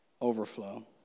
overflow